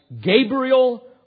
Gabriel